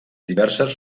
diverses